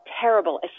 terrible